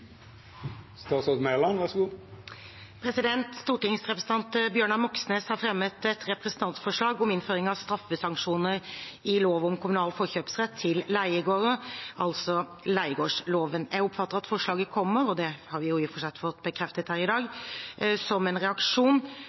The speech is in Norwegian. Stortingsrepresentant Bjørnar Moxnes har fremmet et representantforslag om innføring av straffesanksjoner i lov om kommunal forkjøpsrett til leiegårder, altså leiegårdsloven. Jeg oppfatter at forslaget kommer – og det har vi i og for seg fått bekreftet her i dag – som en reaksjon